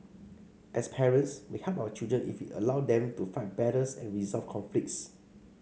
as parents we help our children if we allow them to fight battles and resolve conflicts